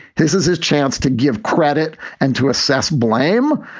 this is his chance to give credit and to assess blame.